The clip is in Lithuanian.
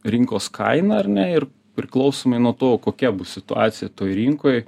rinkos kainą ar ne ir priklausomai nuo to kokia bus situacija toj rinkoj